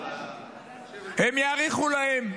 הם יאריכו להם.